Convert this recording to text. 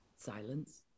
silence